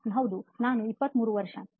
ಸಂದರ್ಶನಾರ್ಥಿಹೌದು ನನಗೆ 23 ವರ್ಷ